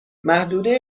محدود